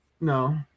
No